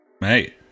Mate